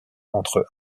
entre